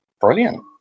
brilliant